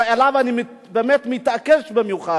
ועליו אני באמת מתעקש במיוחד,